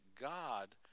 God